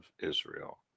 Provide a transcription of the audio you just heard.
Israel